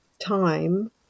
time